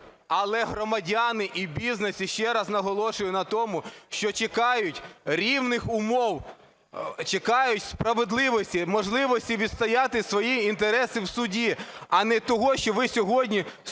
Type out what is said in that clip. Але громадяни і бізнес ще раз наголошує на тому, що чекають рівних умов, чекають справедливості, можливості відстояти свої інтереси в суді, а не того, що ви сьогодні створюєте